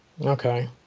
Okay